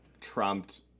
trumped